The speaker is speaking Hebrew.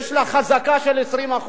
יש לה חזקה של 20%,